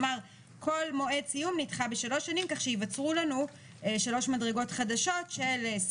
מאחר שאין שום מדרגות שאתם